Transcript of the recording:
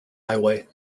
highway